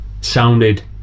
sounded